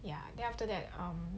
ya then after that